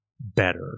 better